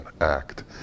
act